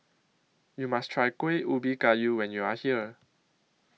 YOU must Try Kuih Ubi Kayu when YOU Are here